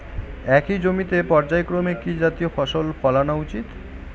একই জমিতে পর্যায়ক্রমে কি কি জাতীয় ফসল ফলানো উচিৎ?